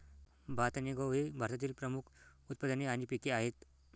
भात आणि गहू ही भारतातील प्रमुख उत्पादने आणि पिके आहेत